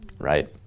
right